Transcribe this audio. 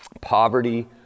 poverty